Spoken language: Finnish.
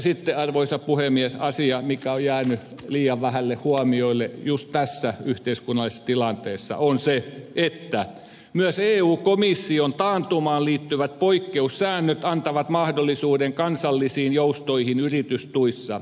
sitten arvoisa puhemies asia mikä on jäänyt liian vähälle huomiolle juuri tässä yhteiskunnallisessa tilanteessa on se että myös eun komission taantumaan liittyvät poikkeussäännöt antavat mahdollisuuden kansallisiin joustoihin yritystuissa